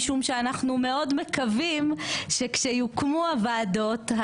משום שאנחנו מאוד מקווים שכשיוקמו הוועדות,